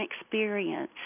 experience